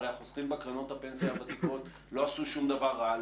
הרי החוסכים בקרנות הפנסיה הוותיקות לא עשו שום דבר רע.